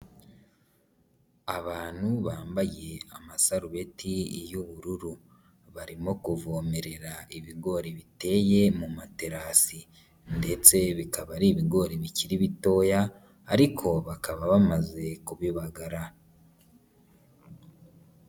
Abantu bambaye amasarubeti iy'ubururu, barimo kuvomerera ibigori biteye mu materasi ndetse bikaba ari ibigori bikiri bitoya ariko bakaba bamaze kubibagara.